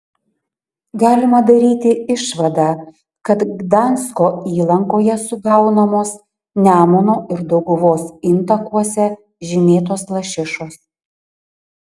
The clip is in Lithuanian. galima daryti išvadą kad gdansko įlankoje sugaunamos nemuno ir dauguvos intakuose žymėtos lašišos